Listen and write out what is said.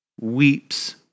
weeps